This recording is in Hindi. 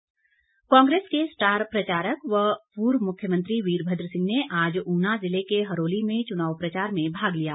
कांग्रेस प्रचार कांग्रेस के स्टार प्रचारक व पूर्व मुख्यमंत्री वीरभद्र सिंह ने आज ऊना जिले के हरोली में चुनाव प्रचार में भाग लिया